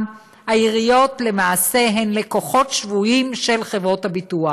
העיריות למעשה הן לקוחות שבויים של חברות הביטוח,